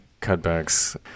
Cutbacks